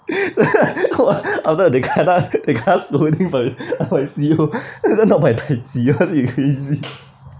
!wah! after that they kena they kena scolding by my C_O this one not my dai ji you crazy